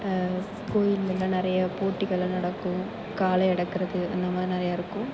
கோயிலில் தான் நிறைய போட்டிகள்லாம் நடக்கும் காளை அடக்கிறது அந்தமாதிரி நிறைய இருக்கும்